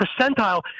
percentile